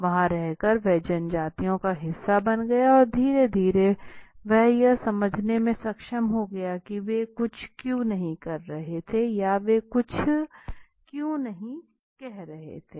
वहां रहकर वह जनजाति का हिस्सा बन गया और धीरे धीरे वह यह समझने में सक्षम हो गया की वे कुछ क्यों कर रहे थे या वे कुछ क्यों नहीं कर रहे थे